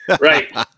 right